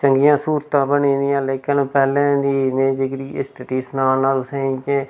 चंगियां स्हूलतां बनी दियां लेकन पैह्लें दी में जेह्ड़ी स्थिती सनां ना तुसें गी के